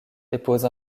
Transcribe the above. dépose